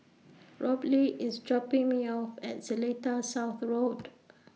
Robley IS dropping Me off At Seletar South Road